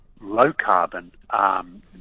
low-carbon